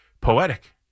poetic